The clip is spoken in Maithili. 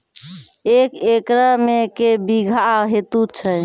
एक एकरऽ मे के बीघा हेतु छै?